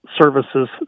services